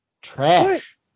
Trash